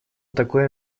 такое